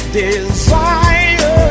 desire